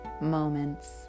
moments